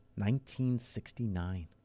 1969